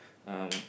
um